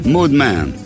Moodman